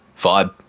Vibe